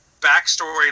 backstory